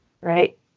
right